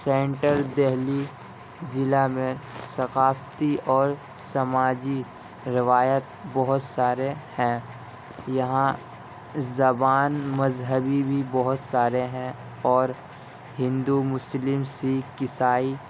centre Delhi ضلع میں ثقافتی اور سماجی روایت بہت سارے ہیں یہاں زبان مذہبی بھی بہت سارے ہیں اور ہندو مسلم سکھ عیسائی